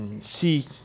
see